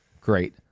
great